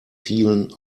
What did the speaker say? vielen